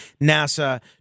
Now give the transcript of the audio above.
NASA